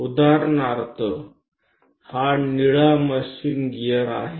ઉદાહરણ તરીકે આ વાદળી એ યંત્ર ગિયર છે